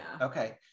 Okay